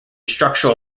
structural